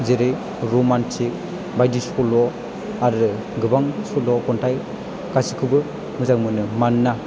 जेरै रमान्टिक बायदि सल' आरो गोबां सल' खन्थाइ गासैखौबो मोजां मोनो मानोना